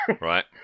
Right